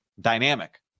dynamic